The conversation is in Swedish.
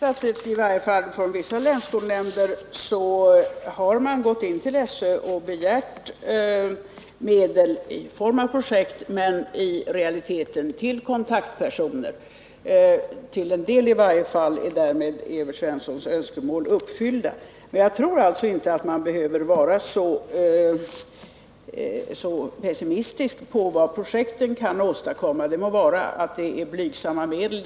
Herr talman! Jag har inhämtat att i varje fall vissa länsskolnämnder hos SÖ begärt medel för projekt som i realiteten innebär att medlen används till kontaktpersoner. Till en del är därmed Evert Svenssons önskemål uppfyllda. Jag tror inte att man behöver vara så pessimistisk som Evert Svensson när det gäller vad projekten kan åstadkomma. Det är sant att det är fråga om blygsamma medel.